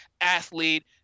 athlete